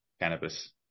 cannabis